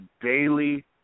daily